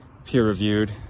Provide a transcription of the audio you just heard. peer-reviewed